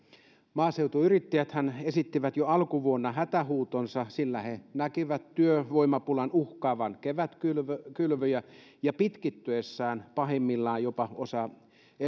maaseutuyrittäjäthän esittivät jo alkuvuonna hätähuutonsa sillä he näkivät työvoimapulan uhkaavan kevätkylvöjä kevätkylvöjä ja pitkittyessään pahimmillaan jopa osaa